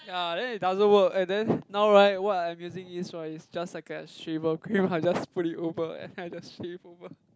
ya then it doesn't work and then now right what I'm using is right is just like a shaver cream I just put it over and I just shave over